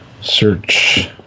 search